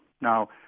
Now